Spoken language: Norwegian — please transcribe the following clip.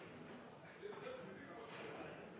det er nødvendig med